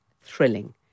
thrilling